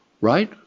right